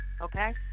Okay